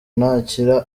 nakira